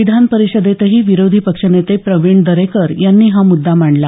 विधान परिषदेतही विरोधी पक्षनेते प्रवीण दरेकर यांनी हा मुद्दा मांडला